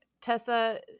Tessa